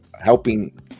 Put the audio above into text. helping